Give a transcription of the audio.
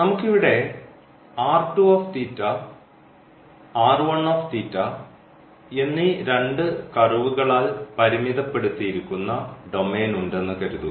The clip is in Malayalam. നമുക്ക് ഇവിടെ എന്നീ രണ്ടു കർവുകളാൽ പരിമിതപ്പെടുത്തിയിരിക്കുന്ന ഡൊമെയ്ൻ ഉണ്ടെന്ന് കരുതുക